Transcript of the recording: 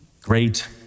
great